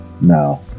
no